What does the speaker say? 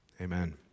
amen